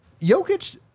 Jokic